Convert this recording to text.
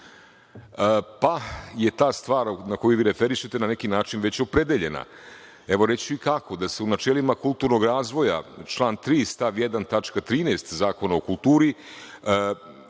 pa je ta stvar koju vi referišete na neki način već opredeljena. Evo, reći ću i kako. U načelima kulturnog razvoja, član 3. stav 1. tačka 13) Zakona o kulturi